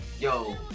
yo